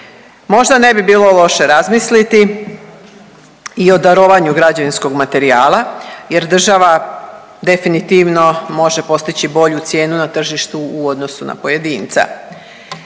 Možda ne bi bilo loše razmisliti i o darovanju građevinskog materijala jer država definitivno može postići bolju cijenu na tržištu u odnosu na pojedinca.